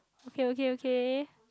okay okay okay